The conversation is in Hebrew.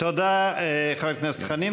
תודה, חבר הכנסת חנין.